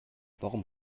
warum